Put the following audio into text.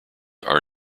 are